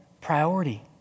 priority